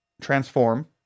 transform